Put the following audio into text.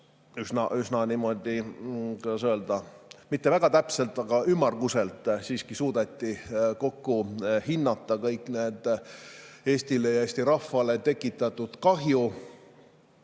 üsna, kuidas öelda, mitte väga täpselt, vaid ümmarguselt siiski suudeti kokku hinnata kõik need Eestile ja Eesti rahvale tekitatud kahjud.